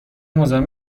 مزاحم